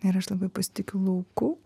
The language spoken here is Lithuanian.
ir aš labai pasitikiu lauku